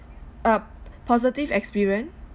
uh positive experience